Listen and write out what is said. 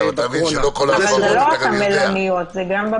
אבל לא כל ההפרות אלה יודע.